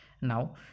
Now